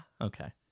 Okay